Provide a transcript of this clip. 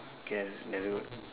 K that's that's good